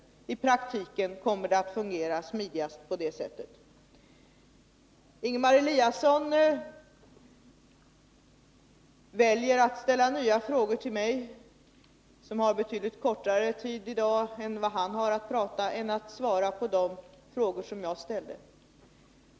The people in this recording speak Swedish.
I praktiken kommer det att fungera smidigast på det sättet. Ingemar Eliasson väljer att ställa nya frågor till mig, som har betydligt kortare tid än han för att tala, i stället för att svara på de frågor som jag ställt.